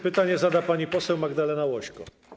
Pytanie zada pani poseł Magdalena Łośko.